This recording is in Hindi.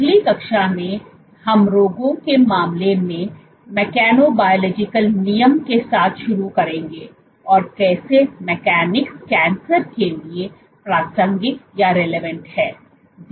अगली कक्षा में हम रोगों के मामले में मेकेनोबायोलॉजिकल नियमन के साथ शुरू करेंगे और कैसे मैकेनिकस कैंसर के लिए प्रासंगिक है